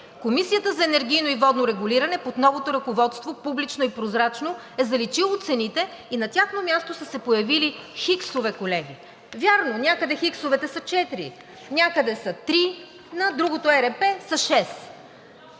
Комисията за енергийно и водно регулиране, под новото ръководство – публично и прозрачно, е заличило цените и на тяхно място са се появили хиксове, колеги. Вярно, някъде хиксовете са четири, някъде са три, на другото ЕРП са